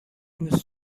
روز